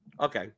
Okay